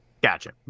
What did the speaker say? Gotcha